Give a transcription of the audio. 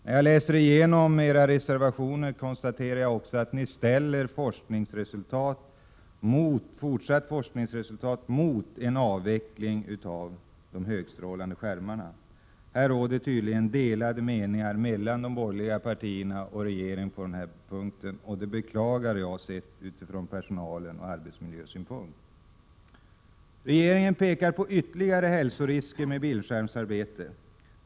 När man läser era reservationer kan man konstatera att ni ställer fortsatta forskningsresultat mot en avveckling av de högstrålande skärmarna. Det råder tydligen delade meningar mellan de borgerliga partierna och regeringen, vilket jag beklagar utifrån personalens och arbetsmiljöns synpunkt. Regeringen pekar på ytterligare hälsorisker som är förknippade med bildskärmsarbete.